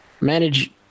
manage